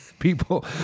People